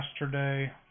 yesterday